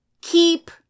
keep